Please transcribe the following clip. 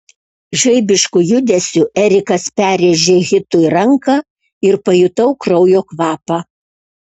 žaibišku judesiu erikas perrėžė hitui ranką ir pajutau kraujo kvapą